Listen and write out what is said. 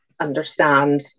understand